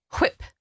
Whip